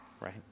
right